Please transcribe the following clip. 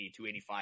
285